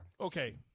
okay